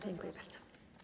Dziękuję bardzo.